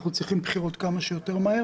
אנחנו צריכים בחירות כמה שיותר מהר